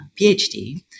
PhD